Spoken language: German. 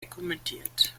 dokumentiert